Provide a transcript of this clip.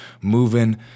moving